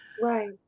Right